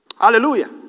Hallelujah